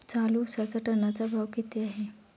चालू उसाचा टनाचा भाव किती आहे?